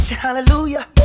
Hallelujah